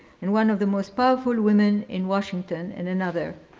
and one of the most powerful women in washington in another.